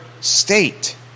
state